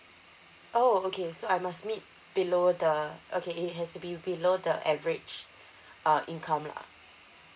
oh okay so I must meet below the okay it has to be below the average uh income lah